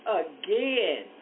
again